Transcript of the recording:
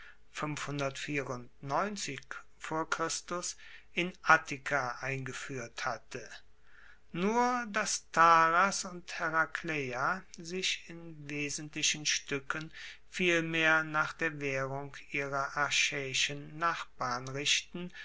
in attika eingefuehrt hatte nur dass taras und herakleia sich in wesentlichen stuecken vielmehr nach der waehrung ihrer achaeischen nachbarn richten